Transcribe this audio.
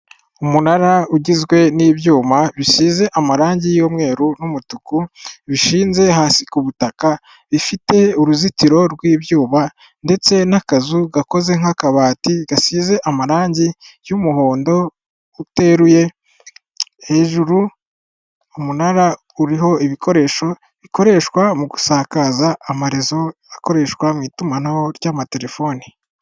Umunara ugizwe n'ibyuma bisize amarangi y'umweru n'umutuku bishinze hasi ku butaka, bifite uruzitiro rw'ibyuma ndetse n'akazu gakoze nk'akabati gasize amarangi y'umuhondo uteruye, hejuru umunara uriho ibikoresho bikoreshwa mu gusakaza amarezo akoreshwa mu itumanaho ry'amaterefone.